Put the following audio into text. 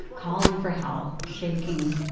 calling for help, shaking,